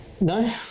No